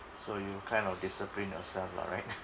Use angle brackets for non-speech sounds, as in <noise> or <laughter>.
so you kind of discipline yourself lah right <laughs>